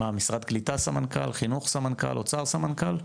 משרד הקליטה סמנכ"ל חינוך סמנכ"ל אוצר סמנכ"ל?